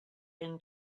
been